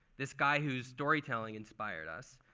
this guy whose storytelling inspired us.